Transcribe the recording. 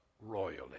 royally